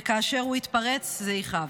וכאשר הוא יתפרץ זה יכאב.